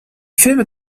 filme